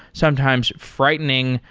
sometimes frightening,